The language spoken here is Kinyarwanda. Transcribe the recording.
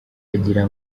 agira